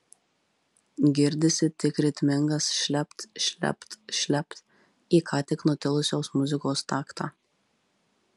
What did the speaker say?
girdisi tik ritmingas šlept šlept šlept į ką tik nutilusios muzikos taktą